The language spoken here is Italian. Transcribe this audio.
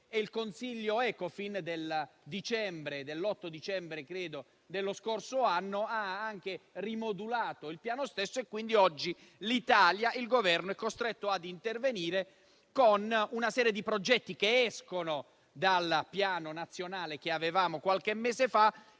il Consiglio Ecofin dell'8 dicembre dello scorso anno ha rimodulato il Piano stesso e quindi oggi il Governo italiano è costretto ad intervenire con una serie di progetti non previsti dal Piano nazionale che avevamo qualche mese fa,